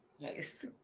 Nice